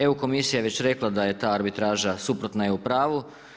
EU Komisija je već rekla da je ta arbitraža suprotna EU pravu.